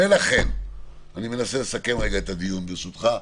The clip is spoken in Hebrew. ולכן, אני מנסה לסכם את הדיון ברשותך,